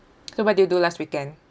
so what did you do last weekend